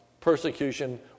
persecution